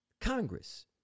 Congress